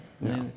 No